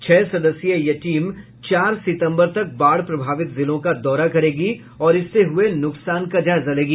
छह सदस्यीय यह टीम चार सितम्बर तक बाढ़ प्रभावित जिलों का दौरा करेगी और इससे हुये नुकसान का जायजा लेगी